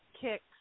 kicks